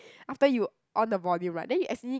after you on the volume right then you accidentally